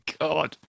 God